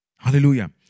Hallelujah